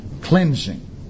Cleansing